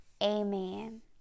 Amen